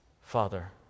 Father